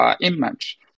image